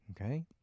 okay